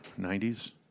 90s